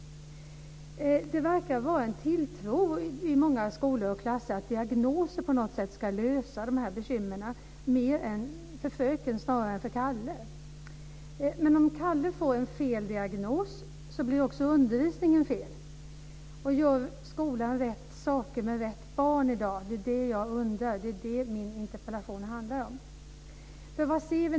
Det verkar i många skolor och klasser finnas en tilltro till att diagnoser på något sätt ska lösa de här bekymren för fröken snarare än för Kalle. Men om Kalle får en felaktig diagnos blir också undervisningen felaktig. Gör skolan rätt saker med rätt barn i dag? Det är det jag undrar. Det är det min interpellation handlar om.